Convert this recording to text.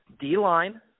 D-line